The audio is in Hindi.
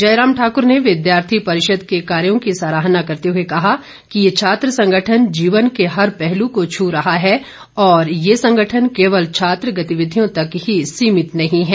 जयराम ठाक्र ने विद्यार्थी परिषद के कार्यो की सराहना करते हुए कहा कि ये छात्र संगठन जीवन के हर पहलू को छू रहा है और ये संगठन केवल छात्र गतिविधियों तक ही सीमित नहीं है